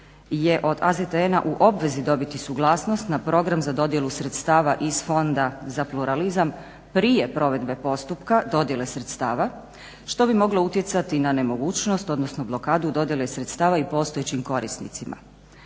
je od azitena u obvezi dobiti suglasnost na program za dodjelu sredstava iz Fonda za pluralizam prije provedbe postupka dodjele sredstava što bi moglo utjecati na nemogućnost odnosno blokadu dodjele sredstava i postojećim korisnicima.